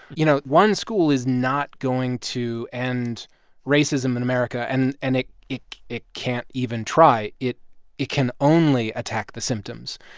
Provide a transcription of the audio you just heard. you know, one school is not going to end racism in america, and and it it it can't even try. it it can only attack the symptoms.